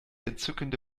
entzückende